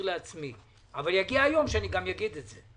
לעצמי אבל יגיע היום שאני אגיד את זה.